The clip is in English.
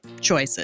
choices